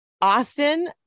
austin